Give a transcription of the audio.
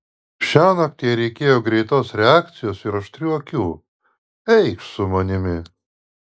šiąnakt jai reikėjo greitos reakcijos ir aštrių akių eikš su manimi